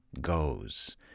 goes